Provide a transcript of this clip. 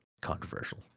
controversial